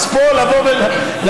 מי עצר אותך?